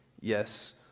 yes